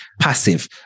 passive